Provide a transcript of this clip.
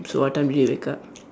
so what time did you wake up